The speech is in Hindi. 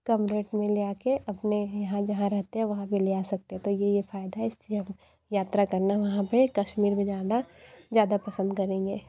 कम रेट में ले आके अपने यहाँ जहाँ रहते हैं वहाँ पे ले आ सकते हैं तो ये ये फायदा इसलिए हम यात्रा करना वहाँ पे कश्मीर में ज़्यादा ज़्यादा पसंद करेंगे